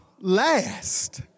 last